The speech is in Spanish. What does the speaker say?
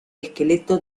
esqueleto